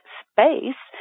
space